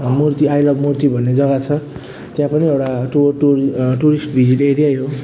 मूर्ति I love मूर्ति भन्ने जग्गा छ त्यहाँ पनि एउटा टुर टुर टुरिस्ट भिजिट एरियै हो